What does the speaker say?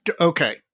okay